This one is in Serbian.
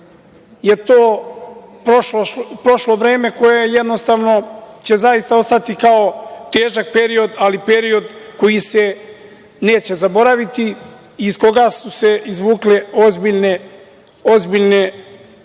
je to prošlo vreme koje jednostavno će zaista ostati kao težak period, ali period koji se neće zaboraviti i iz koga su se izvukle ozbiljne